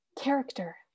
character